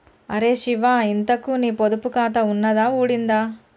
అరే శివా, ఇంతకూ నీ పొదుపు ఖాతా ఉన్నదా ఊడిందా